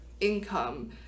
income